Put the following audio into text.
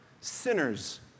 Sinners